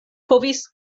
povis